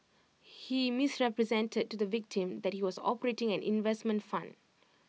he misrepresented to the victim that he was operating an investment fund